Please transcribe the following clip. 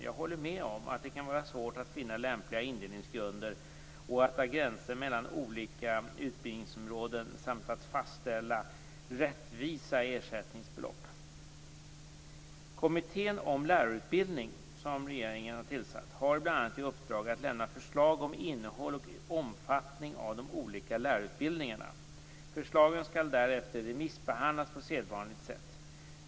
Jag håller med om att det kan vara svårt att finna lämpliga indelningsgrunder och att dra gränser mellan olika utbildningsområden samt att fastställa rättvisa ersättningsbelopp. Kommittén om lärarutbildning som regeringen har tillsatt har bl.a. i uppdrag att lämna förslag om innehåll och omfattning när det gäller de olika lärarutbildningarna. Förslagen skall därefter remissbehandlas på sedvanligt sätt.